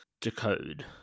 decode